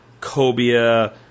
cobia